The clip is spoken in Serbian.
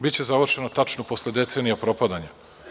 Biće završeno tačno posle decenija propadanja.